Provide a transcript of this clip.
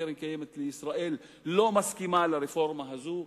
קרן קיימת לישראל לא מסכימה לרפורמה הזו,